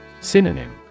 Synonym